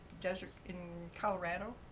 desert in colorado,